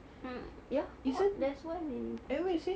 mm ya on there's one in